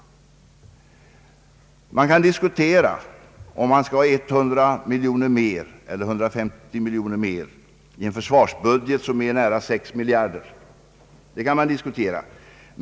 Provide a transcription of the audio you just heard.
Man kan diskutera om man skall ha 150 miljoner kronor mer i en försvarsbudget som omfattar nära 6 miljarder kronor.